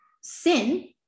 sin